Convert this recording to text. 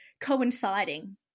coinciding